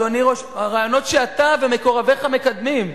הרעיונות שאתה ומקורביך מקדמים.